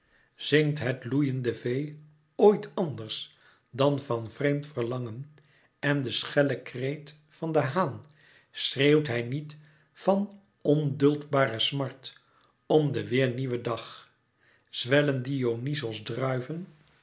zingt het loeiende vee oit anders dan van vreemd verlangen en de schelle kreet van den haan schreeuwt hij niet van onduldbare smart om den weêr nieuwen dag zwellen dionyzos druiven